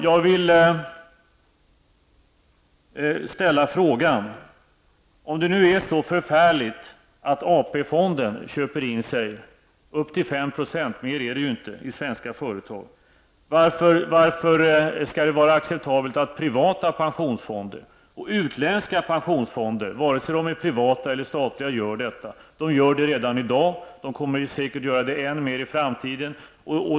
Jag vill ställa en fråga. Om det nu är så förfärligt att AP-fonden köper in sig med upp till 5 %, mer är det inte, i svenska företag, varför skall det då vara acceptabelt att privata pensionsfonder och utländska pensionsfonder, vare sig de är privata eller statliga, gör detta? De gör det redan i dag, och de kommer säkert att göra det än mer i framtiden.